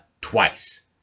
twice